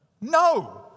No